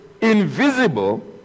invisible